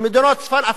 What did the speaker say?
ומדינות צפון-אפריקה,